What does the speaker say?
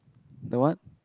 the what